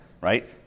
right